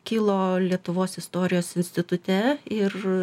kilo lietuvos istorijos institute ir